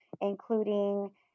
including